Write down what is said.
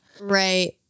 right